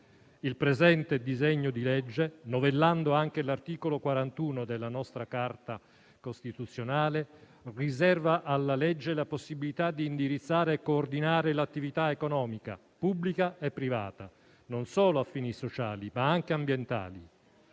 Il presente disegno di legge, novellando anche l'articolo 41 della nostra Carta costituzionale, riserva alla legge la possibilità di indirizzare e coordinare l'attività economica pubblica e privata, non solo a fini sociali, ma anche ambientali;